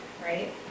right